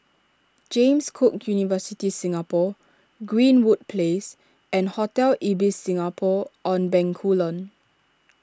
James Cook University Singapore Greenwood Place and Hotel Ibis Singapore on Bencoolen